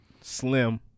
Slim